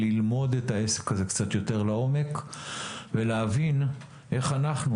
ללמוד את העסק הזה קצת יותר לעומק ולהבין איך אנחנו,